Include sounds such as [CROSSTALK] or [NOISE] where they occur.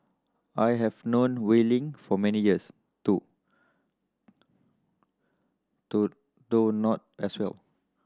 I have known Wei Ling for many years too [UNINTELLIGIBLE] though not as well